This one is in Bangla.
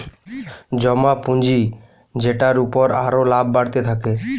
জমা পুঁজি যেটার উপর আরো লাভ বাড়তে থাকে